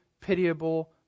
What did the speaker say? pitiable